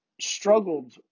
struggled